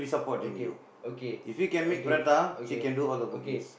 okay okay okay okay okay